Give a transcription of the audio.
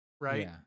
right